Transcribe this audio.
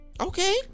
Okay